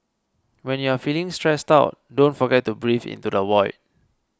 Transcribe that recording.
when you are feeling stressed out don't forget to breathe into the void